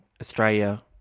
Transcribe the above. Australia